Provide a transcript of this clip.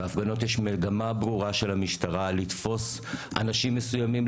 בהפגנות יש מגמה ברורה של המשטרה לתפוס אנשים מסוימים,